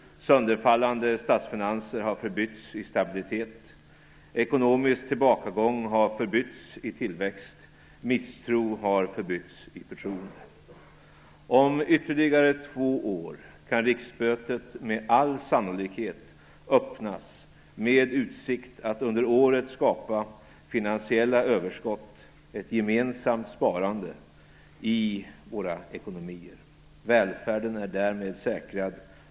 Sönderfallande statsfinanser har förbytts i stabilitet. Ekonomisk tillbakagång har förbytts i tillväxt. Misstro har förbytts i förtroende. Om ytterligare två år kan riksmötet med all sannolikhet öppnas med utsikt att under året skapa finansiella överskott, ett gemensamt sparande, i våra ekonomier. Välfärden är säkrad.